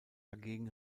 dagegen